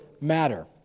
matter